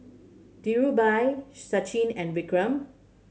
Dhirubhai Sachin and Vikram